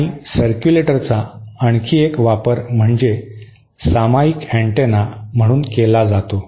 आणि सर्क्युलेटरचा आणखी एक वापर म्हणजे सामायिक अँटेना म्हणून केला जातो